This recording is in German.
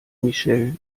michelle